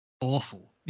awful